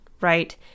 right